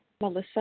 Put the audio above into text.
Melissa